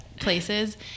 places